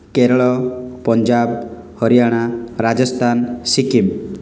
Kerala Punjab Haryana Rajasthan Sikkim